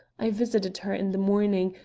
i visited her in the morning,